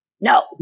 no